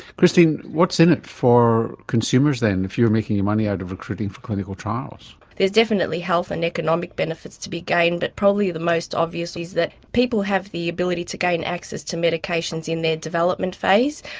christine, what's in it for consumers then if you're making your money out of recruiting for clinical trials? there's definitely health and economic benefits to be gained, but probably the most obvious is that people have the ability to gain access to medications in their development phase.